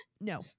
no